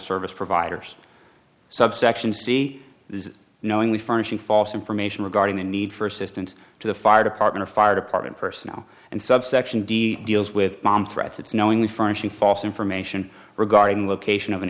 service providers subsection c this is knowingly furnishing false information regarding the need for assistance to the fire department fire department personnel and subsection d deals with bomb threats its knowingly furnishing false information regarding location of an